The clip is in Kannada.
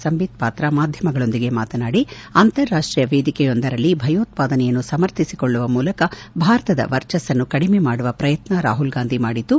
ಸಂಬಿತ್ ಪಾತ್ರಾ ಮಾಧ್ಯಮಗಳೊಂದಿಗೆ ಮಾತನಾಡಿ ಅಂತಾರಾಷ್ಷೀಯ ವೇದಿಕೆಯೊಂದರಲ್ಲಿ ಭಯೋತ್ವಾದನೆಯನ್ನು ಸಮರ್ಥಿಸಿಕೊಳ್ಲುವ ಮೂಲಕ ಭಾರತದ ವರ್ಚಸ್ಗನ್ನು ಕಡಿಮೆ ಮಾಡುವ ಪ್ರಯತ್ನ ರಾಹುಲ್ಗಾಂಧಿ ಮಾಡಿದ್ದು